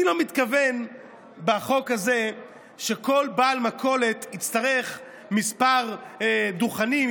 אני לא מתכוון בחוק הזה שכל בעל מכולת יצטרך כמה דוכנים,